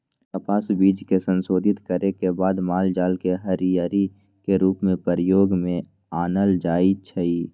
कपास बीज के संशोधित करे के बाद मालजाल के हरियरी के रूप में प्रयोग में आनल जाइ छइ